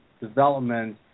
development